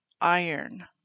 iron